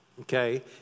okay